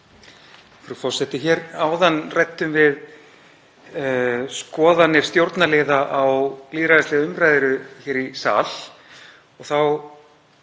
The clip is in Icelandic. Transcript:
Frú forseti. Hér áðan ræddum við skoðanir stjórnarliða á lýðræðislegri umræðu hér í sal.